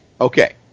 Okay